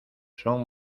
son